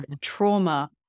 trauma